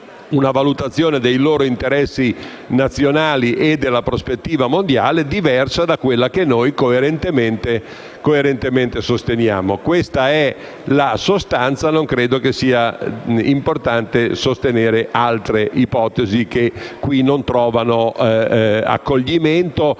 una valutazione dei loro interessi nazionali e della prospettiva mondiale diversa da quella che noi coerentemente sosteniamo. Questa è la sostanza. Non credo sia importante sostenere altre ipotesi che non trovano accoglimento